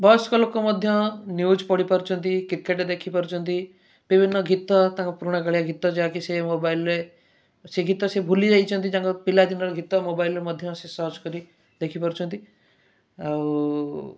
ବୟସ୍କ ଲୋକ ମଧ୍ୟ ନ୍ୟୁଜ୍ ପଢ଼ି ପାରୁଛନ୍ତି କ୍ରିକେଟ୍ ଦେଖି ପାରୁଛନ୍ତି ବିଭିନ୍ନ ଗୀତ ତାଙ୍କ ପୁରୁଣା କାଳିଆ ଗୀତ ଯାହାକି ସେ ମୋବାଇଲ୍ରେ ସେ ଗୀତ ସେ ଭୁଲି ଯାଇଛନ୍ତି ତାଙ୍କ ପିଲାଦିନର ଗୀତ ମୋବାଇଲ୍ରେ ମଧ୍ୟ ସେ ସର୍ଚ୍ଚ କରି ଦେଖିପାରୁଛନ୍ତି ଆଉ